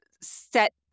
set